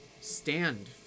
stand